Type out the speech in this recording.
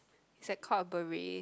is it called a beret